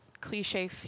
cliche